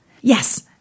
Yes